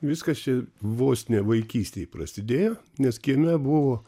viskas čia vos ne vaikystėj prasidėjo nes kieme buvo